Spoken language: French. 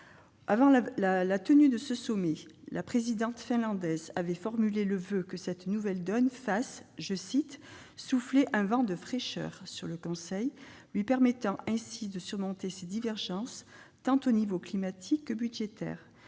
Avant la tenue de ce sommet, la présidence finlandaise avait formulé le voeu que la nouvelle donne fasse « souffler un vent de fraîcheur » sur le Conseil, lui permettant ainsi de surmonter ses divergences, sur le plan tant climatique que budgétaire.